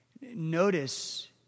Notice